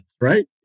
right